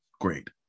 great